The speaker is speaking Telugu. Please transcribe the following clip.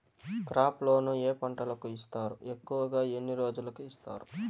క్రాప్ లోను ఏ పంటలకు ఇస్తారు ఎక్కువగా ఎన్ని రోజులకి ఇస్తారు